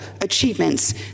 achievements